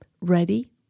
Ready